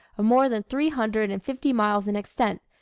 of more than three hundred and fifty miles in extent,